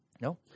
No